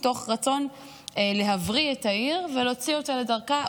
מתוך רצון להבריא את העיר ולהוציא אותה לדרכה,